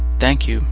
thank you.